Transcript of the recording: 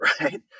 right